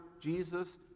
Jesus